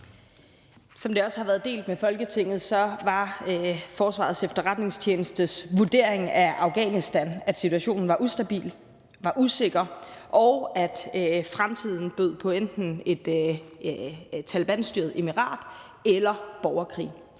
Som det også har været delt med Folketinget, var Forsvarets Efterretningstjenestes vurdering af Afghanistan, at situationen var ustabil og usikker, og at fremtiden bød på enten et Talebanstyret emirat eller borgerkrig.